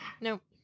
Nope